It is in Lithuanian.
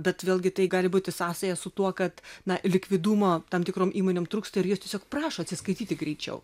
bet vėlgi tai gali būti sąsaja su tuo kad na likvidumo tam tikrom įmonėm trūksta ir jos tiesiog prašo atsiskaityti greičiau